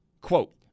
Quote